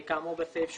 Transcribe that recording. כאמור בסעיף 8(א)